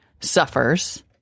suffers